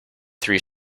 three